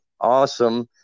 awesome